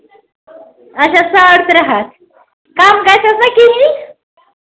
اچھا ساڑ ترٛےٚ ہَتھ کَم گژھٮ۪س نا کِہیٖنۍ